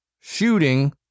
shooting